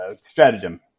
stratagem